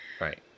right